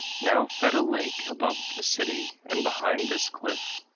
now fed a lake above the city and behind this cliff,